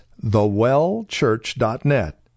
thewellchurch.net